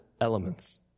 elements